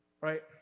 right